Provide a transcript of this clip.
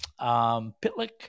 Pitlick